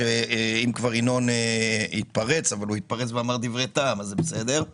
אפשר פשוט שהאוצר יציג מה רף ההכנסה בעשירון